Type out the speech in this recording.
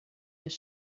this